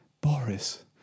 Boris